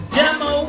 demo